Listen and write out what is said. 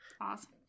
Awesome